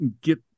get